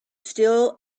still